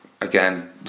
again